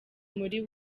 muri